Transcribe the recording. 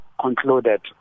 concluded